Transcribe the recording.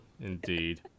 indeed